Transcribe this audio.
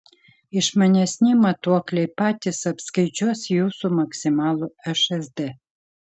išmanesni matuokliai patys apskaičiuos jūsų maksimalų šsd